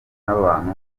n’abantu